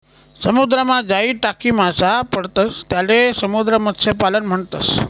समुद्रमा जाई टाकी मासा पकडतंस त्याले समुद्र मत्स्यपालन म्हणतस